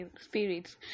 spirits